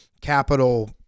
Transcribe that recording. capital